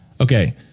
Okay